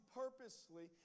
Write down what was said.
purposely